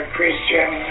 Christian